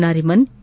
Nariman A